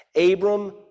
Abram